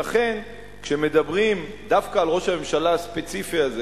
לכן כשמדברים דווקא על ראש הממשלה הספציפי הזה,